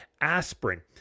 aspirin